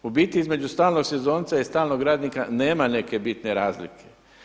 U biti između stalnog sezonca i stalnog radnika nema neke bitne razlike.